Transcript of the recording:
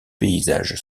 paysage